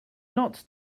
not